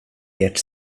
ert